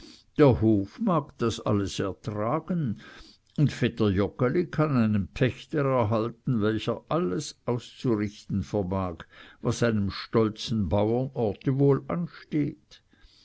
der hof mag das alles ertragen und vetter joggeli kann einen pächter erhalten welcher alles auszurichten vermag was einem stolzen bauernorte wohl ansteht